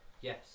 Yes